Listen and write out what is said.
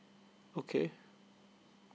okay